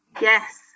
Yes